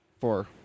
Four